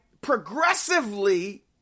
progressively